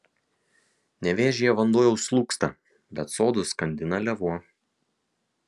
nevėžyje vanduo jau slūgsta bet sodus skandina lėvuo